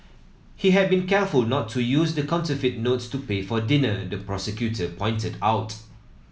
he had been careful not to use the counterfeit notes to pay for dinner the prosecutor pointed out